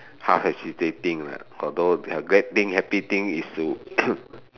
half hesitating ah although have great thing happy thing is to